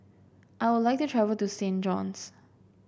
I would like to travel to Saint John's